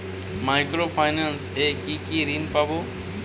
Micro finance এ কি কি ঋণ পাবো?